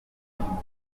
kwandika